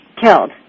killed